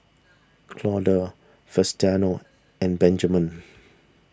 Claude Faustino and Benjamen